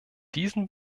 diesen